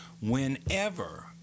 whenever